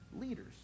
leaders